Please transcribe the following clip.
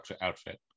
outfit